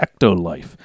ectolife